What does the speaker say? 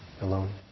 alone